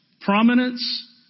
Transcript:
prominence